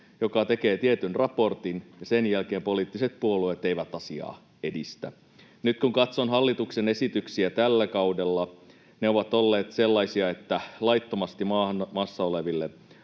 joka tekee tietyn raportin, ja sen jälkeen poliittiset puolueet eivät asiaa edistä. Nyt kun katson hallituksen esityksiä tällä kaudella, ne ovat olleet sellaisia, että laittomasti maassa oleville